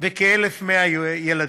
כ-1,100 ילדים.